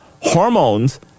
hormones